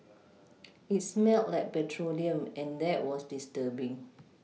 it smelt like petroleum and that was disturbing